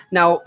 Now